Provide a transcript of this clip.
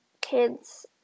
kids